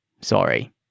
Sorry